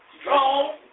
Strong